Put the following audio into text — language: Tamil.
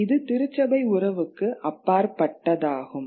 இது திருச்சபை உறவுக்கு அப்பாற்பட்டதாகும்